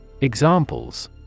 Examples